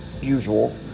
usual